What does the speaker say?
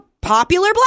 popular